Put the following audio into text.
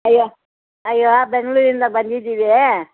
ಅಯ್ಯೊ ಅಯ್ಯೋ ಬೆಂಗಳೂರಿಂದ ಬಂದಿದ್ದೀವಿ